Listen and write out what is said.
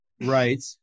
Right